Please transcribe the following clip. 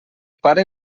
pare